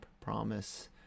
promise